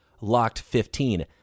LOCKED15